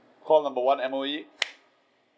call number one M_O_E